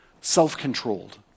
self-controlled